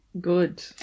Good